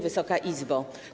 Wysoka Izbo!